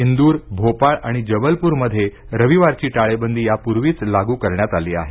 इंदूर भोपाळ आणि जबलपूरमध्ये रविवारची टाळेबंदी यापूर्वीच लागू करण्यात आली आहे